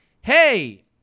hey